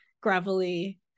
gravelly